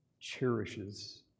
cherishes